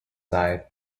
side